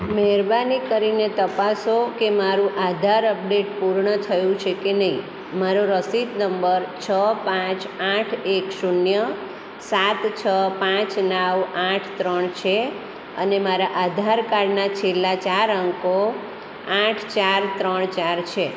મહેરબાની કરીને તપાસો કે મારું આધાર અપડેટ પૂર્ણ થયું છે કે નહીં મારો રસીદ નંબર છ પાંચ આઠ એક શૂન્ય સાત છ પાંચ નવ આઠ ત્રણ છે અને મારા આધાર કાર્ડના છેલ્લા ચાર અંકો આઠ ચાર ત્રણ ચાર છે